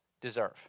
deserve